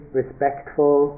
respectful